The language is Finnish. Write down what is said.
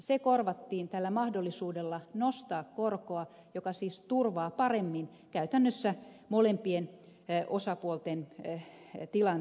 se korvattiin tällä mahdollisuudella nostaa korkoa joka siis turvaa paremmin käytännössä molempien osapuolten tilanteen